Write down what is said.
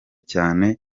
cyane